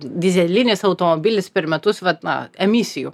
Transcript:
dyzelinis automobilis per metus vat na emisijų